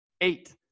eight